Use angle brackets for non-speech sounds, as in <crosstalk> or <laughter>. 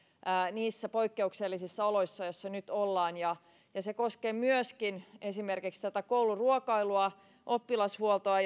niissä poikkeuksellisissa oloissa joissa nyt ollaan ja ja se koskee myöskin esimerkiksi kouluruokailua ja oppilashuoltoa <unintelligible>